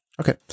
okay